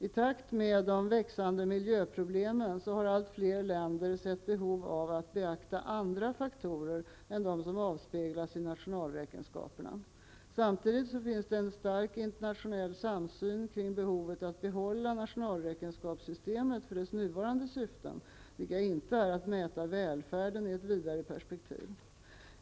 I takt med de växande miljöproblemen har allt fler länder sett behov av att beakta andra faktorer än de som avspeglas i nationalräkenskaperna. Samtidigt finns det en stark internationell samsyn kring behovet av att behålla nationalräkenskapssystemet för dess nuvarande syften, vilka inte är att mäta välfärden i ett vidare perspektiv.